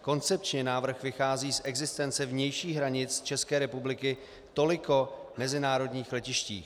Koncepčně návrh vychází z existence vnějších hranic České republiky toliko na mezinárodních letištích.